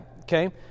Okay